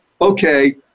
okay